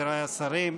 חבריי השרים,